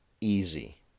easy